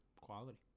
quality